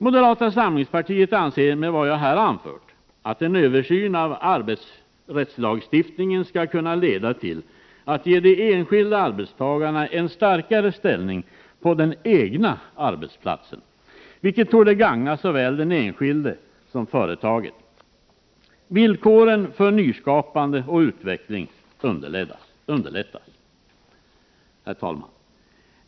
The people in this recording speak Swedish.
Moderata samlingspartiet anser att en översyn av arbetsrättslagstiftningen skulle kunna leda till att ge de enskilda arbetstagarna en starkare ställning på den egna arbetsplatsen, vilket torde gagna såväl den enskilde som företaget. Villkoren för nyskapande och utveckling underlättas. Herr talman!